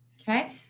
Okay